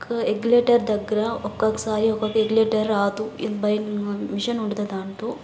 క ఎగ్లేటర్ దగ్గర ఒక్కొక్కసారి ఒక్కొక్క ఎగ్లేటర్ రాదు మిషన్ ఉండదా దాంతో